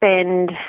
Spend